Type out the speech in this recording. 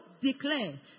declare